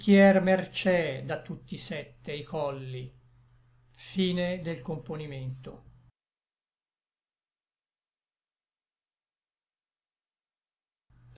mercé da tutti sette i colli